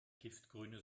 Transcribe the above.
giftgrüne